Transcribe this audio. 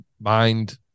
mind